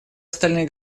остальные